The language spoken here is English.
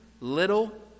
little